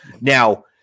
now